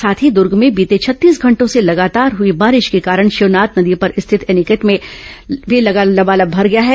साथ ही दूर्ग में बीते छत्तीस घंटों से लगातार हुई बारिश के कारण शिवनाथ नदी पर स्थित एनीकट भी लबालब भर गया है